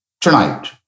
tonight